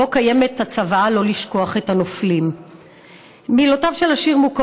ובו הצוואה שלא לשכוח את הנופלים.